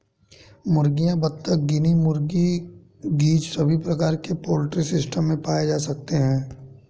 मुर्गियां, बत्तख, गिनी मुर्गी, गीज़ सभी प्रकार के पोल्ट्री सिस्टम में पाए जा सकते है